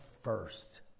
first